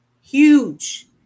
huge